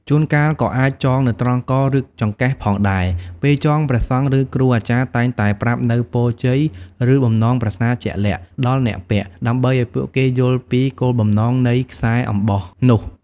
ជួនកាលក៏អាចចងនៅត្រង់ក ឬចង្កេះផងដែរ។ ពេលចង ព្រះសង្ឃ ឬគ្រូអាចារ្យតែងតែប្រាប់នូវ ពរជ័យ ឬបំណងប្រាថ្នាជាក់លាក់ ដល់អ្នកពាក់ ដើម្បីឲ្យពួកគេយល់ពីគោលបំណងនៃខ្សែអំបោះនោះ។